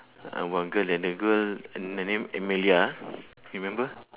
ah one girl and the girl and her name amelia ah you remember